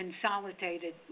consolidated